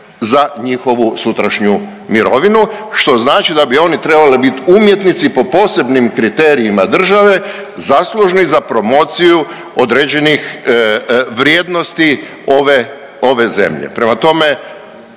za njihovu sutrašnju mirovinu što znači da bi oni trebali biti umjetnici po posebnim kriterijima države zaslužni za promociju određenih vrijednosti ove, ove zemlje.